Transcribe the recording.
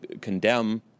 condemn